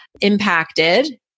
impacted